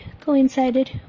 coincided